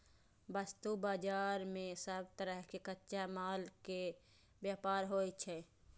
वस्तु बाजार मे सब तरहक कच्चा माल के व्यापार होइ छै